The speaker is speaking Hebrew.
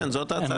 כן, זאת ההצעה.